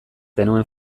genuen